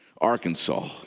Arkansas